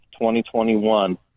2021